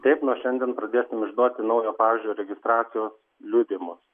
taip nuo šiandien pradėsim išduoti naujo pavyzdžio registracijos liudijimus